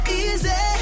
easy